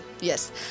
Yes